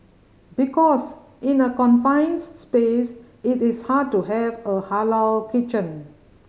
because in a confined space it is hard to have a halal kitchen